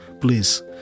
Please